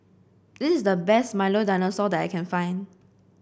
this is the best Milo Dinosaur that I can find